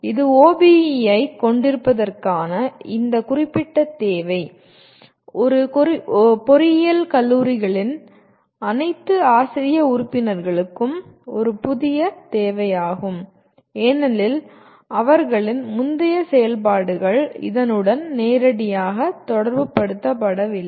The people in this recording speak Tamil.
இது OBE ஐக் கொண்டிருப்பதற்கான இந்த குறிப்பிட்ட தேவை பொறியியல் கல்லூரிகளின் அனைத்து ஆசிரிய உறுப்பினர்களுக்கும் ஒரு புதிய தேவையாகும் ஏனெனில் அவர்களின் முந்தைய செயல்பாடுகள் இதனுடன் நேரடியாக தொடர்புபடுத்தப்படவில்லை